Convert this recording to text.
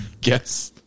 guess